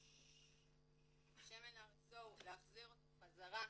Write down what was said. השמן RSO להחזיר אותו חזרה,